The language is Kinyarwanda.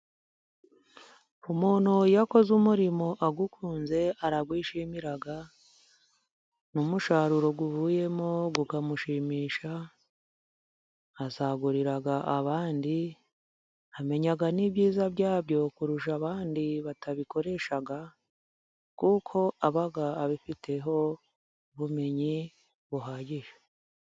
Umuntu iyo akoze umurimo awukunze arawishimira, n'umusaruro uvuyemo ukamushimisha, asagurira abandi amenya n'ibyiza byabyo, kurusha abandi batabikoresha kuko aba abifiteho ubumenyi buhagije.